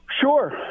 Sure